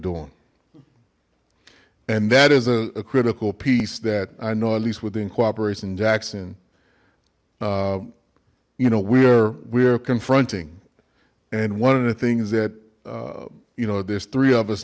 doing and that is a critical piece that i know at least within cooperation jackson you know we are we're confronting and one of the things that you know there's three of us